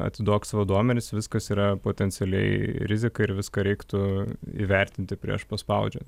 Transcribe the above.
atiduok savo duomenis viskas yra potencialiai rizika ir viską reiktų įvertinti prieš paspaudžiant